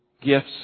gifts